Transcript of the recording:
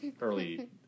Early